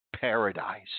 paradise